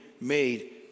made